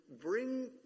bring